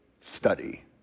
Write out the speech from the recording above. study